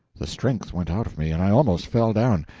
the strength went out of me, and i almost fell down.